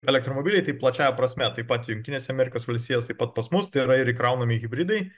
elektromobiliai tai plačiąja prasme taip pat jungtinėse amerikos valstijose taip pat pas mus tai yra ir įkraunami hibridai